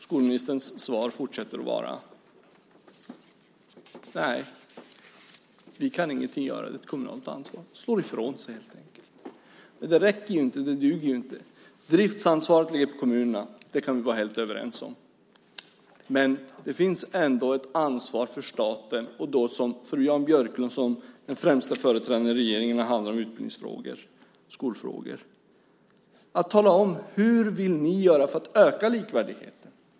Skolministerns svar fortsätter med att: Nej, vi kan ingenting göra. Det är ett kommunalt ansvar. Han slår ifrån sig, och det räcker inte. Det duger inte. Driftsansvaret ligger på kommunerna, det kan vi vara helt överens om. Men det finns ändå ett ansvar för staten och därmed för Jan Björklund, som den främste företrädaren för regeringen när det gäller skolfrågor, att tala om hur man vill göra för att öka likvärdigheten.